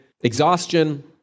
exhaustion